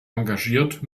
engagiert